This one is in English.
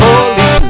Holy